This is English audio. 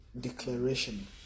declaration